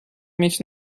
mieć